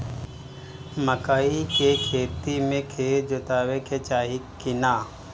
मकई के खेती मे खेत जोतावे के चाही किना?